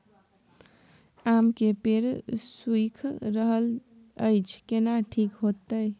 आम के पेड़ सुइख रहल एछ केना ठीक होतय?